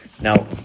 Now